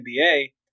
NBA